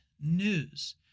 news